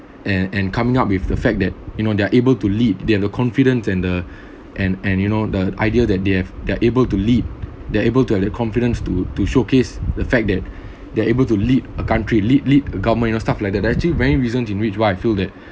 and and coming up with the fact that you know they're able to lead they have the confidence and the and and you know the idea that they have they're able to lead they're able to have the confidence to to showcase the fact that they're able to lead a country lead lead a government you know stuff like that actually very reasons in which what I feel that